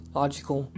logical